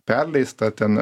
perleista ten